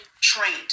trained